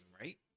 right